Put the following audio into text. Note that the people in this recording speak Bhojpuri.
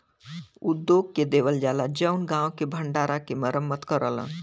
उद्योग के देवल जाला जउन गांव के भण्डारा के मरम्मत करलन